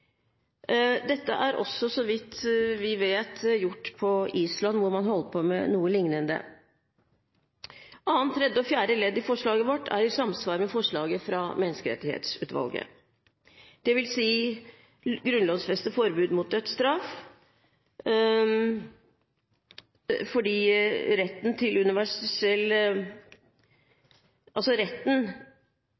Dette er også så vidt vi vet, gjort på Island, hvor man holder på med noe lignende. Annet, tredje og fjerde ledd i forslaget vårt er i samsvar med forslaget fra Menneskerettighetsutvalget. Det å grunnlovfeste forbud mot dødsstraff, fordi retten til ikke å bli dømt til døden må være universell